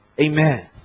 Amen